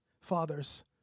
fathers